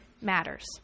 matters